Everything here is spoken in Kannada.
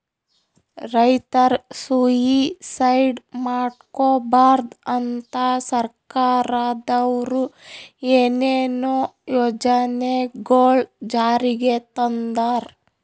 ರೈತರ್ ಸುಯಿಸೈಡ್ ಮಾಡ್ಕೋಬಾರ್ದ್ ಅಂತಾ ಸರ್ಕಾರದವ್ರು ಏನೇನೋ ಯೋಜನೆಗೊಳ್ ಜಾರಿಗೆ ತಂದಾರ್